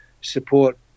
support